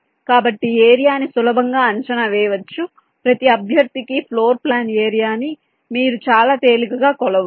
కాబట్టి ఏరియా ని సులభంగా అంచనా వేయవచ్చు ప్రతి అభ్యర్థి కి ఫ్లోర్ ప్లాన్ ఏరియా ని మీరు చాలా తేలికగా కొలవవచ్చు